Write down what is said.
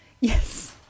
Yes